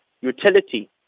utility